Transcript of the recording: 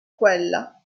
quella